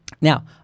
Now